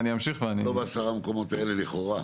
לא בעשרה המקומות האלה, לכאורה.